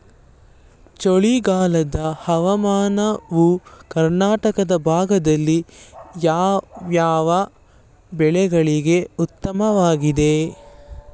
ಚಳಿಗಾಲದ ಹವಾಮಾನವು ಕರ್ನಾಟಕದ ಭಾಗದಲ್ಲಿ ಯಾವ್ಯಾವ ಬೆಳೆಗಳಿಗೆ ಉತ್ತಮವಾಗಿದೆ?